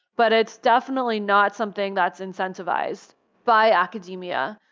but it's definitely not something that's incentivized by academia,